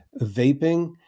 vaping